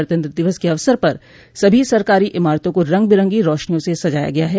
गणतत्र दिवस के अवसर पर सभी सरकारी इमारतों को रंग बिरंगी रौशनियों से सजाया गया है